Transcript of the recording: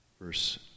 verse